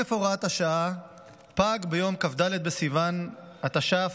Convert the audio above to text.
תוקף הוראת השעה פג ביום כ"ד בסיוון התש"ף,